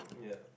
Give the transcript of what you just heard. yeah